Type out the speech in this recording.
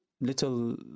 little